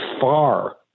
far